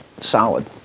solid